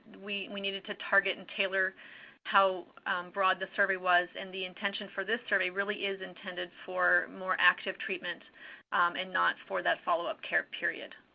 we we needed to target and tailor how broad the survey was. and the intention for this survey really is intended for more active treatment and not for that follow-up care period.